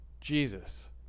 Jesus